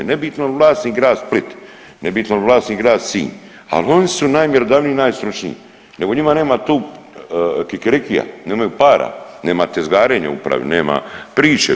Nebitno je li vlasnik grad Split, nebitno jel vlasnik grad Sinj, ali oni su najmjerodavniji i najstručniji nego njima nema tu kikirikija nemaju para, nema tezgarenja u upravi, nema priče.